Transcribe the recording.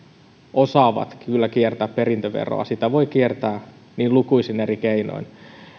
osaavat kyllä kiertää perintöveroa sitä voi kiertää niin lukuisin eri keinoin